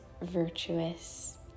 virtuous